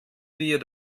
wir